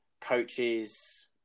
coaches